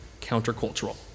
countercultural